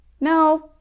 No